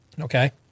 okay